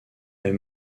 est